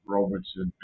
Robertson